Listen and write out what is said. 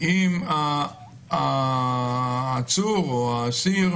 עם העצור או האסיר,